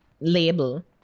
label